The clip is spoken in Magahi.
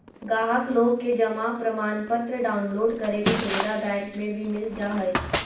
गाहक लोग के जमा प्रमाणपत्र डाउनलोड करे के सुविधा बैंक मे भी मिल जा हय